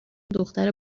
دختر